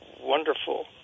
wonderful